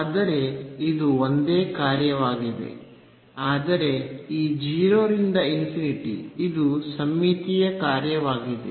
ಆದರೆ ಇದು ಒಂದೇ ಕಾರ್ಯವಾಗಿದೆ ಆದರೆ ಈ 0 ರಿಂದ ಇದು ಸಮ್ಮಿತೀಯ ಕಾರ್ಯವಾಗಿದೆ